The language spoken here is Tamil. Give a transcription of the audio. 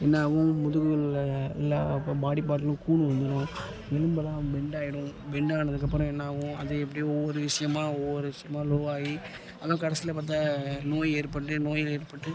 என்னாகும் முதுகில் உள்ள இப்போ பாடி பார்ட்டுலாம் கூன் உழுந்துரும் எலும்பெல்லாம் பெண்ட் ஆகிடும் பெண்ட் ஆனதுக்கப்பறம் என்னாகும் அது எப்படியோ ஒவ்வொரு விஷயமா ஒவ்வொரு விஷயமா லோவாகி ஆனால் கடைசியில் பார்த்தா நோய் ஏற்பட்டு நோய்கள் ஏற்பட்டு